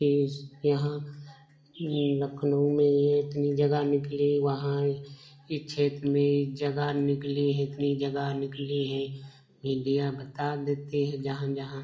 कि इस यहाँ लखनऊ में ये इतनी जगह निकली है वहाँ इस क्षेत्र में इस जगह निकली है इतनी जगह निकली है मीडिया बता देती है जहाँ जहाँ